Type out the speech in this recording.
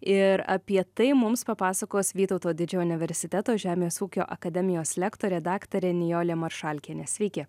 ir apie tai mums papasakos vytauto didžiojo universiteto žemės ūkio akademijos lektorė daktarė nijolė maršalkienė sveiki